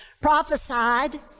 prophesied